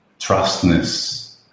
trustness